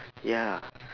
ya